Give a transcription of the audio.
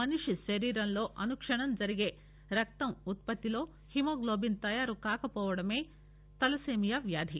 మనిషి శరీరంలో అనుక్షణం జరిగే రక్త ఉత్పత్తిలో హిమోగ్లోబిన్ తయారుకాకపోవడమే తలసేమియా వ్యాధి